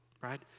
Right